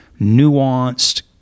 nuanced